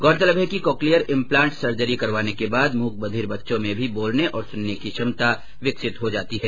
गौरतलब है कि कॉकलियर इम्प्लाण्ट सर्जरी करवाने के बाद मूक बधिर बच्चों में भी बोलने और सुनने की क्षमता विकसित हो जाती है